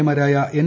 A മാരായ N